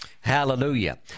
Hallelujah